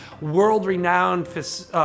world-renowned